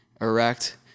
erect